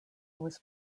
was